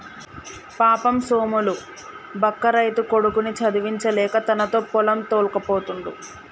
పాపం సోములు బక్క రైతు కొడుకుని చదివించలేక తనతో పొలం తోల్కపోతుండు